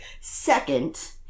Second